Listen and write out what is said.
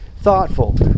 thoughtful